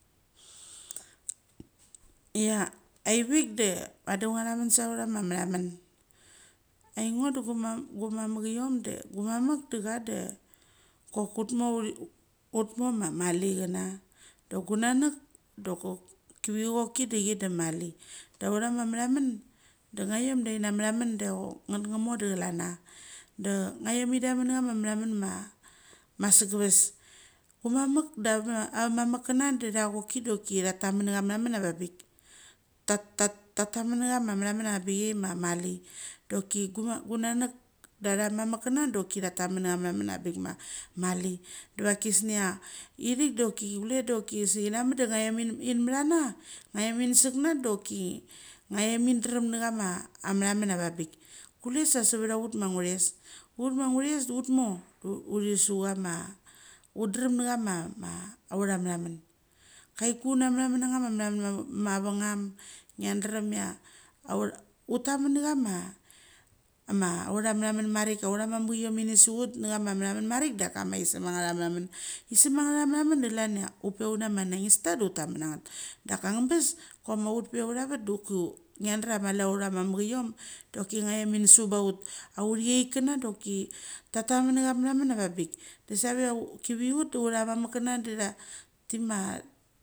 Ia aivik de vadi nguathamon sa authar mathaman i ingo dagua mamachiom de gumamach de cha de choknuth uthi uthmo ma mali chana, da gu nanach de chock chivichi choki damali. Authama methaman de ngathom mathaman. De chok ngemo de chalanca, da ngathom i daman nge chama mathaman ma segeves. Gumamek da amamechana da tha choki tha thamen nge cha machama methamen avangbigai ma mali. Nchooki gunangeki acha mamech chana da choki thatamen na chai methamen avanbik ma mali. Dak chismia ithik da oki ithe oki se inamach da ngathom in mathanga ngathom insechna de oki ngathom in mathanga ngathom insechna de oki ngathom in dram nge chai. Etha. On avangvik. Kule sa savetha ma nguches, ut ma anguches de utmo uthisu kama, u daram nachama authamathamen. Choiku una matheamen nachama mathamerma vengam. Ngia dram thia utha, utha mathamen marik autha mamechiom inggi suchut na chama mathamen marik dachama isem. Anatha mathamen i sem angetha mathamen da chelam chia utpe unama nangistha de utha meng na ngat, dacha utha vet de chooki, ngia drah mali autha mamechiom de chocki ngathom inishu baut, autuchekcha da choki tha taman ngecha mathamen avangbik save thia chevichut da autha mamek chana.